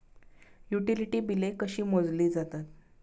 Utility बिले कशी मोजली जातात?